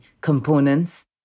components